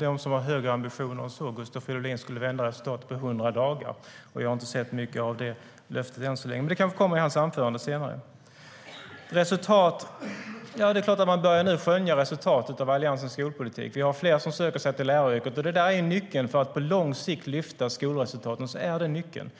de som har högre ambitioner än så. Gustav Fridolin skulle vända resultaten på 100 dagar. Jag har inte sett mycket av det löftet än så länge - men det kanske kommer i hans anförande senare. Det är klart att man nu börjar skönja resultatet av Alliansens skolpolitik. Fler söker sig till läraryrket. Det är nyckeln för att på lång sikt lyfta skolresultaten.